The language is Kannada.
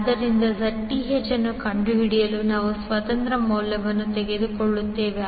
ಆದ್ದರಿಂದ Zth ಅನ್ನು ಕಂಡುಹಿಡಿಯಲು ನಾವು ಸ್ವತಂತ್ರ ಮೂಲವನ್ನು ತೆಗೆದುಹಾಕುತ್ತೇವೆ